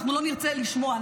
אנחנו לא נרצה לשמוע,